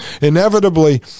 inevitably